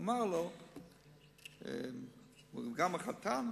קרא גם לחתן,